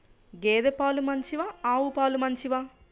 గేద పాలు మంచివా ఆవు పాలు మంచివా?